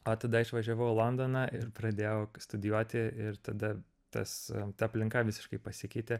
o tada išvažiavau į londoną ir pradėjau studijuoti ir tada tas ta aplinka visiškai pasikeitė